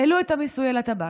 העלו את המיסוי של הטבק,